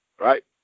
right